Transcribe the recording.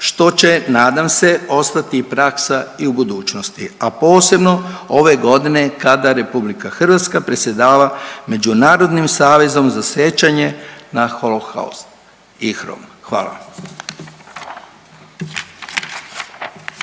što će, nadam se, ostati i praksa i u budućnosti, a posebno ove godine kada RH predsjedava Međunarodnim savezom za sjećanje na Holokaust.